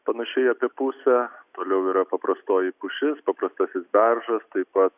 panašiai apie pusę toliau yra paprastoji pušis paprastasis beržas taip pat